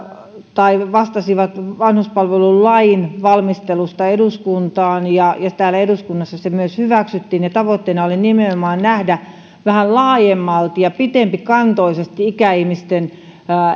vastasivat vanhuspalvelulain valmistelusta eduskuntaan ja täällä eduskunnassa se myös hyväksyttiin ja tavoitteena oli nimenomaan nähdä vähän laajemmalti ja pitempikantoisesti ikäihmisten